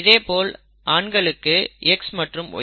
இதேபோல் ஆண்களுக்கு X மற்றும் Y